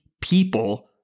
people